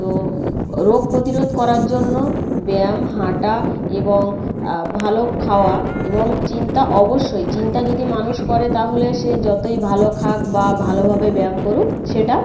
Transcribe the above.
তো রোগ প্রতিরোধ করার জন্য ব্যায়াম হাঁটা এবং ভালো খাওয়া এবং চিন্তা অবশ্যই চিন্তা যদি মানুষ করে তাহলে সে যতোই ভালো খাক বা ভালোভাবে ব্যায়াম করুক সেটা